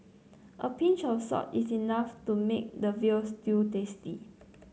a pinch of salt is enough to make the veal stew tasty